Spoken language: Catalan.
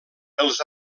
els